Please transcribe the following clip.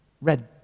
red